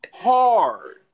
hard